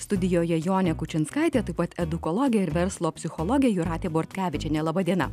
studijoje jonė kučinskaitė taip pat edukologė ir verslo psichologė jūratė bortkevičienė laba diena